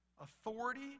authority